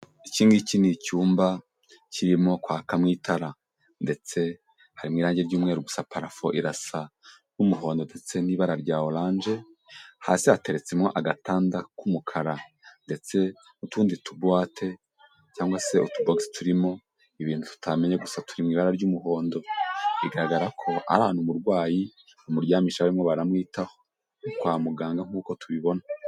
Iki ngiki ni icyumba kirimo kwakammo itara, ndetse harimo irange ry'umweru, gusa parafo irasa n'umuhondo ndetse n'ibara rya oranje, hasi hateretsemo agatanda k'umukara, ndetse n'utundi tubuwate cyangwa se utubogisi turimo ibintu tutamenya gusa turi mu ibara ry'umuhondo, bigaragara ko ari ahantu umurwayi bamuryamisha barimo baramwitaho, ni kwa muganga nk'uko tubibona.